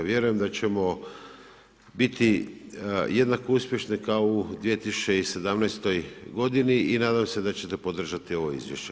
Vjerujem da ćemo biti jednako uspješni kao u 2017. godini i nadam se da ćete podržati ovo izvješće.